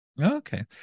okay